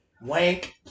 Wank